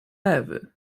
ewy